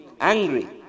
angry